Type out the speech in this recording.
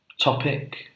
topic